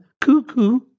cuckoo